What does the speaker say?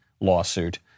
lawsuit